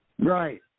Right